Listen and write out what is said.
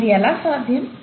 మరి ఇది ఎలా సాధ్యం